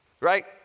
Right